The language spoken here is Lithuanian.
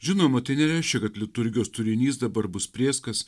žinoma tai nereiškia kad liturgijos turinys dabar bus prėskas